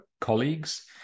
colleagues